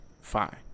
fine